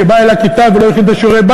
שבא אל הכיתה ולא הכין את שיעורי-הבית,